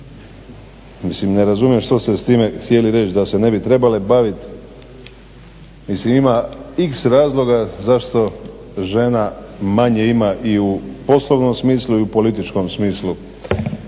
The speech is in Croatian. Mislim ne razumijem što ste s time htjeli reći, da se ne bi trebale bavit? Mislim ima x razloga zašto žena manje ima i u poslovnom smislu i u političkom smislu.